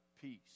peace